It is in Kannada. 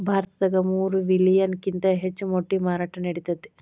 ಭಾರತದಾಗ ಮೂರ ಮಿಲಿಯನ್ ಕಿಂತ ಹೆಚ್ಚ ಮೊಟ್ಟಿ ಮಾರಾಟಾ ನಡಿತೆತಿ